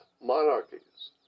monarchies